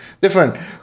different